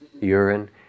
urine